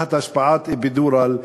תחת השפעת אפידורל,